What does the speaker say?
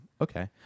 Okay